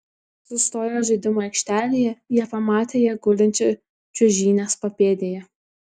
sustoję žaidimų aikštelėje jie pamatė ją gulinčią čiuožynės papėdėje